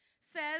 says